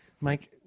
Mike